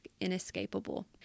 inescapable